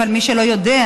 אבל למי שלא יודע,